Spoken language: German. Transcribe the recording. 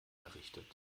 errichtet